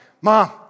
mom